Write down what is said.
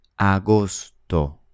Agosto